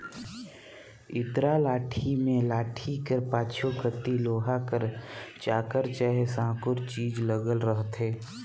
इरता लाठी मे लाठी कर पाछू कती लोहा कर चाकर चहे साकुर चीज लगल रहथे